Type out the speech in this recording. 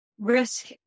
Risk